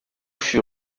fut